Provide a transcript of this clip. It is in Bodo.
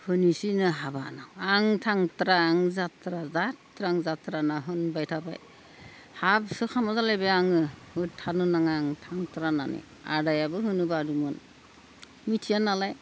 होनोसैनो हाबा होन्ना आं थांथ्रा आं जाथ्रा जाथ्रा आं जाथ्रा होन्ना होनबाय थाबाय हाबसो खामला जालायबाय आङो होथारनो नाङा आं थांथ्रा होननानै आदायाबो होनोबायमोन मिथिया नालाय